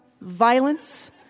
violence